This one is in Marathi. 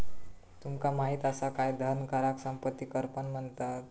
तुमका माहित असा काय धन कराक संपत्ती कर पण म्हणतत?